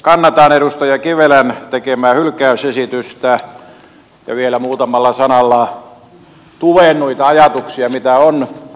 kannatan edustaja kivelän tekemää hylkäysesitystä ja vielä muutamalla sanalla tuen noita ajatuksia mitä on